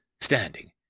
Standing